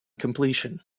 completion